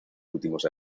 últimos